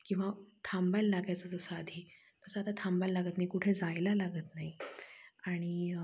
किंवा थांबायला लागायचं जसं आधी तसं आता थांबायला लागत नाही कुठे जायला लागत नाही आणि